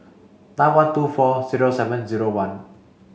nine one two four zero seven zero one